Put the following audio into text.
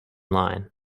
line